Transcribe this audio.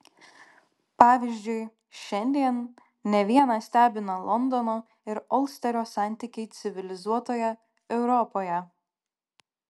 pavyzdžiui šiandien ne vieną stebina londono ir olsterio santykiai civilizuotoje europoje